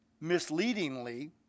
misleadingly